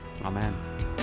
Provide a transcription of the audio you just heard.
Amen